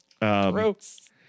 Gross